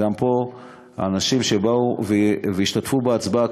שגם פה האנשים שבאו והשתתפו בהצבעה,